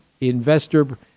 Investor